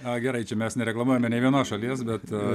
na gerai čia mes nereklamuojam nei vienos šalies bet